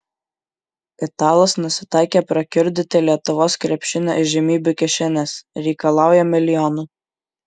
italas nusitaikė prakiurdyti lietuvos krepšinio įžymybių kišenes reikalauja milijonų